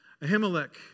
Ahimelech